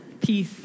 peace